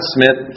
Smith